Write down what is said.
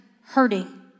hurting